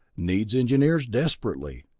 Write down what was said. needs engineers desperately.